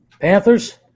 Panthers